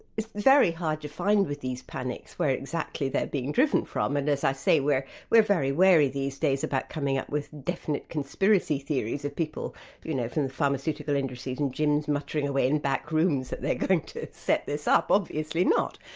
it's very hard to find with these panics where exactly they're being driven from, and as i say, we're very wary these days about coming up with definite conspiracy theories of people you know from the pharmaceutical industries and gyms muttering away in back rooms that they're going to set this up, obviously not.